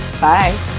Bye